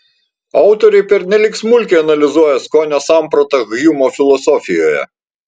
autoriai pernelyg smulkiai analizuoja skonio sampratą hjumo filosofijoje